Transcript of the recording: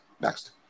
Next